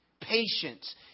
Patience